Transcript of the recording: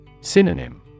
Synonym